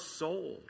soul